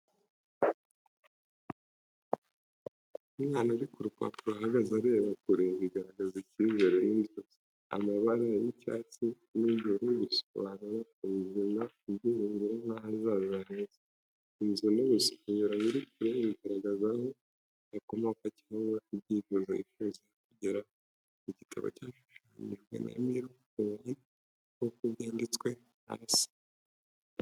Umwana uri ku rupapuro ahagaze areba kure, bigaragaza icyizere n’inzozi. Amabara y’icyatsi n’ijuru bisobanura ubuzima, ibyiringiro, n’ahazaza heza. Inzu n’urusengero biri kure bigaragaza aho akomoka cyangwa ibyo yifuza kugeraho. Igitabo cyashushanyijwe na Milo Huan, nk’uko byanditse munsi.